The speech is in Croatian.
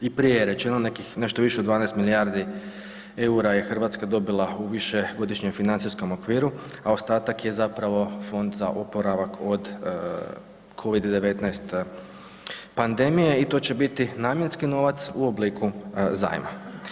I prije je rečeno nekih nešto više od 12 milijardi eura je Hrvatska dobila u višegodišnjem financijskom okviru, a ostatak je zapravo Fond za oporavak od covida-19 pandemije i to će biti namjenski novac u obliku zajma.